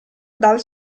dal